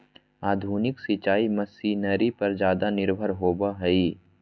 आधुनिक सिंचाई मशीनरी पर ज्यादा निर्भर होबो हइ